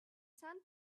sand